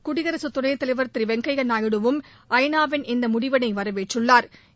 குடியரசு துணைத்தலைவா் திரு வெங்கையா நாயுடுவும் ஐ நா வின் இந்த முடிவினை வரவேற்றுள்ளாா்